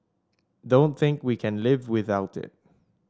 don't think we can live without it